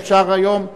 אפשר היום.